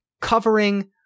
covering